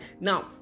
Now